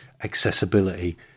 accessibility